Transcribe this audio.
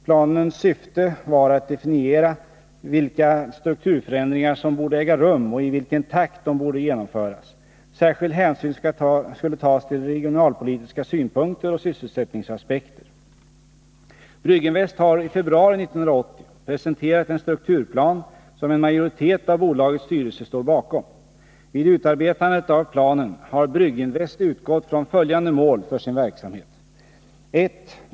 Planens syfte var att definiera vilka strukturförändringar som borde äga rum och i vilken takt de borde genomföras. Särskild hänsyn skulle tas till Brygginvest har i februari 1980 presenterat en strukturplan som en majoritet av bolagets styrelse står bakom. Vid utarbetandet av planen har Brygginvest utgått från följande mål för sin verksamhet. 1.